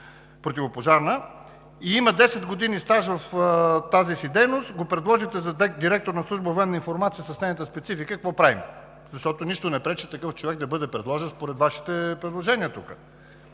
и има десет години стаж в тази си дейност, го предложите за директор на Служба „Военна информация“ с нейната специфика – какво правим? Защото нищо не пречи такъв човек да бъде предложен според Вашите предложения тук.